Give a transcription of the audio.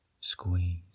squeeze